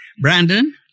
Brandon